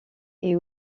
est